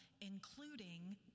including